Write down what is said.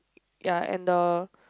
ya and the